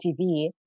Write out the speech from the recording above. TV